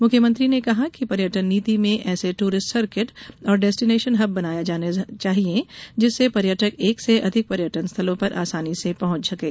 मुख्यमंत्री ने कहा कि पर्यटन नीति में ऐसे दूरिस्ट सर्किट और डेस्टिनेशन हब बनाना होंगे जिससे पर्यटक एक से अधिक पर्यटन स्थलों पर आसानी से पहुंच सकें